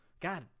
God